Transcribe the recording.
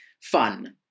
fun